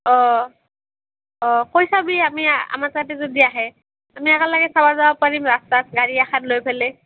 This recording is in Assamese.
অঁ অঁ কৈ চাবি আমি আমাৰ তাতে যদি আহে আমি একেলগে চাব যাব পাৰিম ৰাস চাস গাড়ী এখন লৈ পেলে